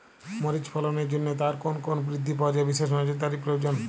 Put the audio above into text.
মরিচ ফলনের জন্য তার কোন কোন বৃদ্ধি পর্যায়ে বিশেষ নজরদারি প্রয়োজন?